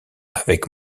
avec